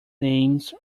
names